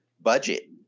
budget